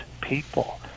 people